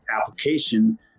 application